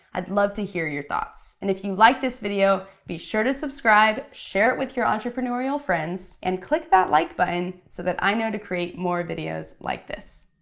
i'd love to hear your thoughts. and if you like this video, be sure to subscribe. share it with your entrepreneurial friends, and click that like button, so that i know to create more videos like this.